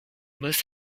must